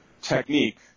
Technique